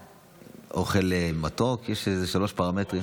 אוכל מתוק, יש איזה שלושה פרמטרים.